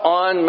on